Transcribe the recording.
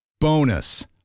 Bonus